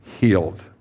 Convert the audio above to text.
healed